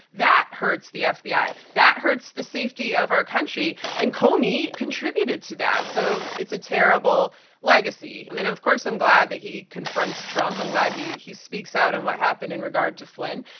that hurts the fbi. that hurts the safety of our country, and comey contributed to that, so it's a terrible legacy. i mean, of course i'm glad that he confronts trump. i'm glad he he speaks out on what happened in regard to flynn,